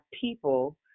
people